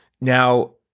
Now